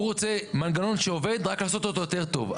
הוא רוצה מנגנון שעובד ורק לעשות אותו יותר טוב.